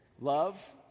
love